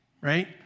right